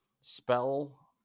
Spell